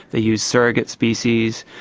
they used surrogate species.